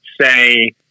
say